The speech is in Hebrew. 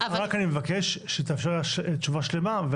רק אני מבקש שתאפשר לה תשובה שלמה.